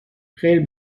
خیر